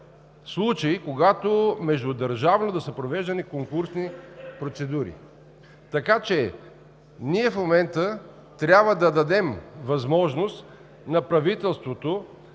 случай, когато междудържавно да са провеждани конкурсни процедури, така че ние в момента трябва да дадем възможност на правителството